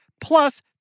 plus